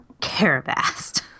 Carabast